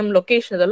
location